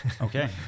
okay